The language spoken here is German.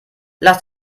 lass